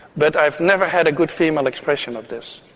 but i've never had a good female expression of this.